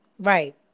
Right